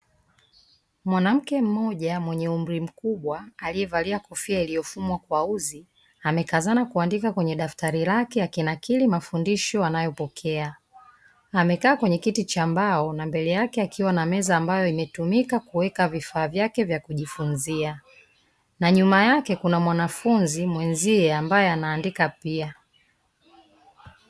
Mwanamke mmoja mwenye umri mkubwa aliyevalia kofia iliyofumwa kwa uzi amekazana kuandika kwenye daftari lake akinakili mafundisho anayopokea. Amekaa kwenye kiti cha mbao na mbele yake akiwa na meza ambayo imetumika kuweka vifaa vyake vya kujifunzia, na nyuma yake kuna mwanafunzi mwenzie ambaye anaandika pia.